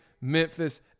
Memphis